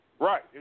right